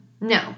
No